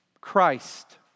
Christ